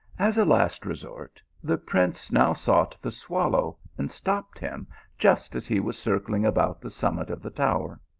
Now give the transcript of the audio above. as a last resort, the prince now sought the swal low, and stopped him just as he was circling about the summit of the tower.